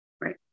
Right